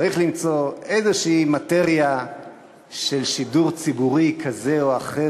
צריך למצוא איזו מאטריה של שידור ציבורי כזה או אחר,